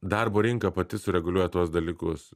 darbo rinka pati sureguliuoja tuos dalykus